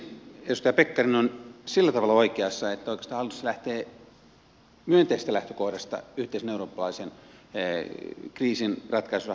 edustaja pekkarinen on sillä tavalla oikeassa että oikeastaan hallitus lähtee myönteisestä lähtökohdasta yhteisen eurooppalaisen kriisin ratkaisurahaston suhteen